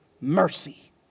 mercy